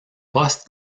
poste